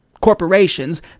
corporations